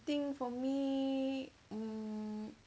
think for me mm